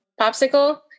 popsicle